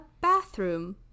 bathroom